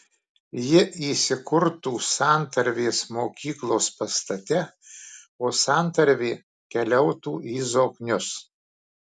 ji įsikurtų santarvės mokyklos pastate o santarvė keliautų į zoknius